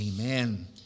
Amen